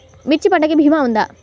మిర్చి పంటకి భీమా ఉందా?